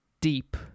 deep